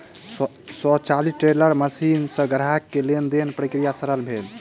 स्वचालित teller machine सॅ ग्राहक के लेन देनक प्रक्रिया सरल भेल